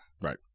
Right